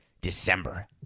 December